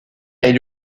est